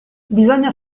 bisogna